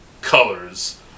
colors